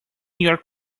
york